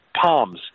palms